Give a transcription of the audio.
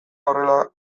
horrela